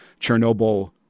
Chernobyl